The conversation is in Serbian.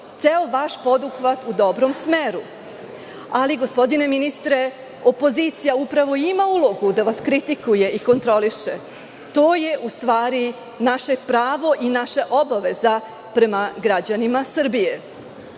ceo vaš poduhvat u dobom smeru. Ali, gospodine ministre, opozicija upravo ima ulogu da vas kritikuje i kontroliše. To je naše pravo i naša obaveza prema građanima Srbije. Ovaj